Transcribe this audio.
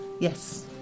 Yes